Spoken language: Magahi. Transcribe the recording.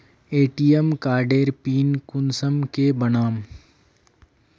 ए.टी.एम कार्डेर पिन कुंसम के बनाम?